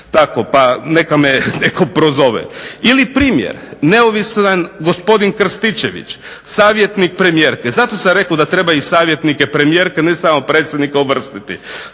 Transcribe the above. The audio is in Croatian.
pa neka me netko prozove. Ili primjer, neovisan gospodin Krstičević savjetnik premijerke. Zato sam rekao da treba i savjetnike premijerke ne samo predsjednika uvrstiti.